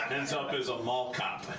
ends up as a mall cop.